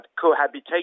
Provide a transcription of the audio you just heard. cohabitation